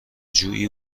جویی